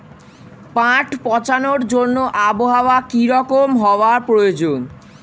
পাট পচানোর জন্য আবহাওয়া কী রকম হওয়ার প্রয়োজন?